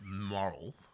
moral